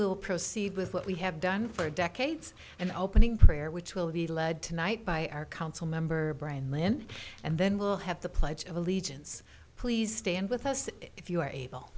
will proceed with what we have done for decades and opening prayer which will be led tonight by our council member brian land and then we'll have the pledge of allegiance please stand with us if you are